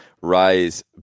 rise